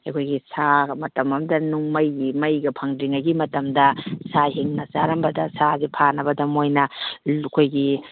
ꯑꯩꯈꯣꯏꯒꯤ ꯁꯥꯒ ꯃꯇꯝ ꯑꯃꯗ ꯅꯨꯡ ꯃꯩꯒꯤ ꯃꯩꯒ ꯐꯪꯗ꯭ꯔꯤꯉꯩꯒꯤ ꯃꯇꯝꯗ ꯁꯥ ꯍꯤꯡꯅ ꯆꯔꯝꯕꯗ ꯁꯥꯁꯦ ꯐꯥꯅꯕꯗ ꯃꯣꯏꯅ ꯑꯩꯈꯣꯏꯒꯤ